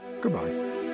goodbye